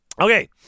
Okay